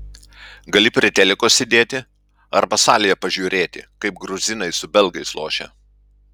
gali prie teliko sėdėti arba salėje pažiūrėti kaip gruzinai su belgais lošia